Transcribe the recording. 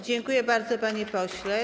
Dziękuję bardzo, panie pośle.